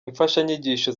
imfashanyigisho